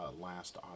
last